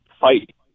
fight